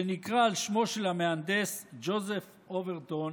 שנקרא על שמו של המהנדס ג'וזף אוברטון,